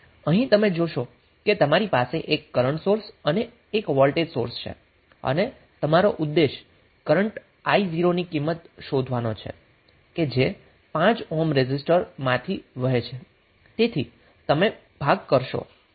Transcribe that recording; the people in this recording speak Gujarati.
અહીં તમે જોશો કે તમારી પાસે 1 કરન્ટ સોર્સ અને 1 વોલ્ટેજ સોર્સ છે અને તમારો ઉદ્દેશ કરન્ટ i0 ની કિંમત શોધવાનો છે જે 5 ઓહ્મ રેઝિસ્ટરમાથી વહે છે